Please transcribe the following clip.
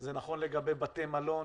זה נכון לגבי בתי מלון.